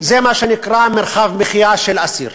זה מה שנקרא מרחב מחיה של אסיר.